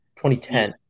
2010